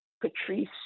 Patrice